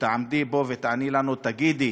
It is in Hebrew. שכשתעמדי פה ותעני לנו תגידי